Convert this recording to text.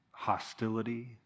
hostility